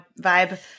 vibe –